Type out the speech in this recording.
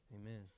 amen